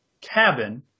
cabin